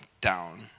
down